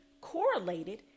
correlated